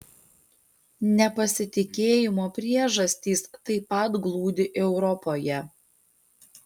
nepasitikėjimo priežastys taip pat glūdi europoje